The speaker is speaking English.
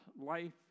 life